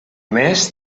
més